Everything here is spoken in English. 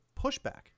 pushback